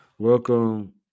Welcome